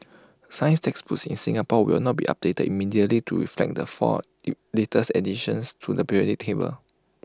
science textbooks in Singapore will not be updated immediately to reflect the four latest additions to the periodic table